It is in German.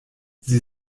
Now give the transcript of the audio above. sie